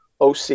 OC